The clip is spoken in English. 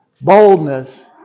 boldness